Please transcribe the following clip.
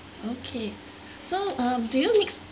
okay so um do you mix